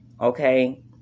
okay